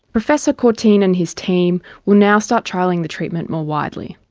professor courtine and his team will now start trialling the treatment more widely.